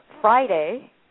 Friday